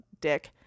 dick